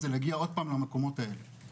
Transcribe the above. ששמענו פה את הרופאים ואת המטפלים ואת